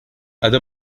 other